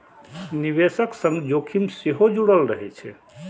निवेशक संग जोखिम सेहो जुड़ल रहै छै